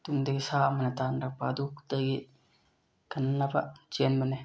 ꯇꯨꯡꯗꯒꯤ ꯁꯥ ꯑꯃꯅ ꯇꯥꯟꯅꯔꯛꯄ ꯑꯗꯨ ꯈꯛꯇꯒꯤ ꯀꯟꯅꯅꯕ ꯆꯦꯟꯕꯅꯤ